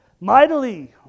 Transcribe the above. Mightily